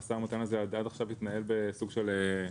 המשא ומתן הזה עד עכשיו התקיים בסוג של מעטה